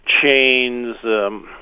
chains